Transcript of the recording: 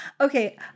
Okay